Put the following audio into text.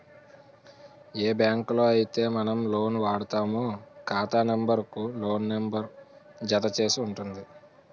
ఏ బ్యాంకులో అయితే మనం లోన్ వాడుతామో ఖాతా నెంబర్ కు లోన్ నెంబర్ జత చేసి ఉంటుంది